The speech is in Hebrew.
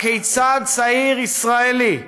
הכיצד צעיר ישראלי,